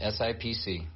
SIPC